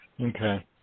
Okay